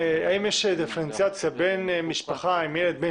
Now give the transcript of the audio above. האם יש דיפרנציאציה בין משפחה עם ילד בן